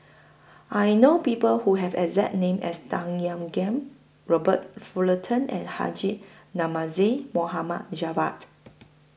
I know People Who Have The exact name as Tan Ean Kiam Robert Fullerton and Haji Namazie Mohd Javad